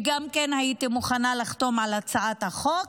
וגם הייתי מוכנה לחתום על הצעת החוק.